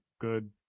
good